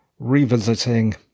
Revisiting